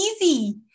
easy